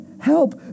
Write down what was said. help